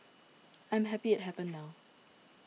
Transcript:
I am happy it happened now